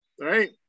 right